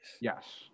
yes